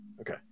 okay